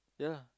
yeah